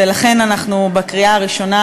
ולכן אנחנו בקריאה הראשונה,